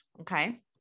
Okay